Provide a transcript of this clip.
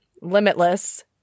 limitless